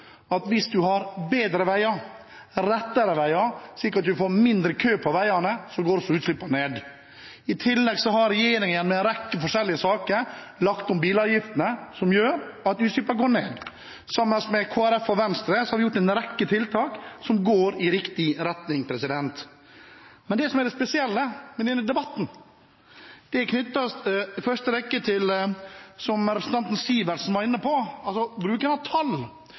at hvis man har bedre veier, rettere veier, slik at man får mindre kø på veiene, så går også utslippene ned. I tillegg har regjeringen, med en rekke forskjellige saker, lagt om bilavgiftene, som gjør at utslippene går ned. Sammen med Kristelig Folkeparti og Venstre har vi gjort en rekke tiltak som går i riktig retning. Men det som er det spesielle med denne debatten, er at den, som representanten Sivertsen var inne på, i første rekke er knyttet til bruken av tall.